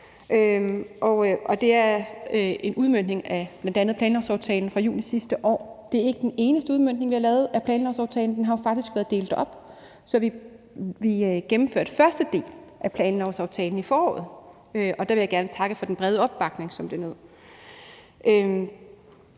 det er en udmøntning af bl.a. planlovsaftalen fra juni sidste år. Det er ikke den eneste udmøntning af planlovsaftalen, vi har lavet. Vi har faktisk fået delt det op, så vi gennemførte første del af planlovsaftalen i foråret, og der vil jeg gerne takke for den brede opbakning, som det nød.